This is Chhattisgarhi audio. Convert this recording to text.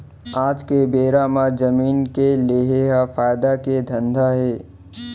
आज के बेरा म जमीन के लेहे ह फायदा के धंधा हे